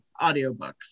audiobooks